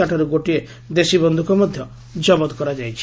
ତା'ଠାରୁ ଗୋଟିଏ ଦେଶୀ ବନ୍ଧୁକ ମଧ୍ଧ ଜବତ କରାଯାଇଛି